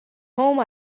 home